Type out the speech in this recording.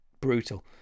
Brutal